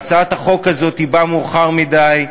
והצעת החוק הזאת באה מאוחר מדי,